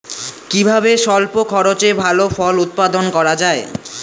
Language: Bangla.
কিভাবে স্বল্প খরচে ভালো ফল উৎপাদন করা যায়?